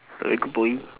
very good boy